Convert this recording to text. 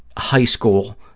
high school